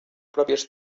pròpies